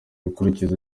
gukurikiza